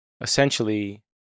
essentially